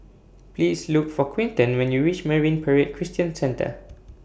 Please Look For Quinton when YOU REACH Marine Parade Christian Centre